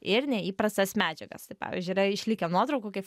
ir neįprastas medžiagas tai pavyzdžiui yra išlikę nuotraukų kaip